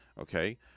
Okay